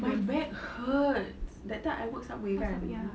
my back hurts that time I work subway kan